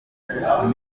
yerekana